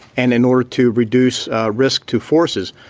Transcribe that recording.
and in order to reduce risk to forces.